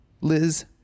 Liz